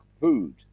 food